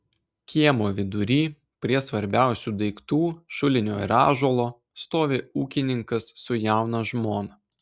kiemo vidury prie svarbiausių daiktų šulinio ir ąžuolo stovi ūkininkas su jauna žmona